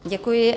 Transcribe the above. Děkuji.